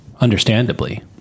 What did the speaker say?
Understandably